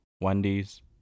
Wendy's